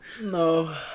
No